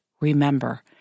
remember